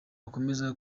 bakomeje